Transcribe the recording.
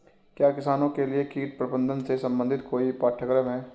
क्या किसानों के लिए कीट प्रबंधन से संबंधित कोई पाठ्यक्रम है?